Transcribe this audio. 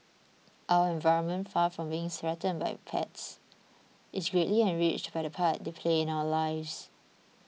our environment far from being threatened by pets is greatly enriched by the part they play in our lives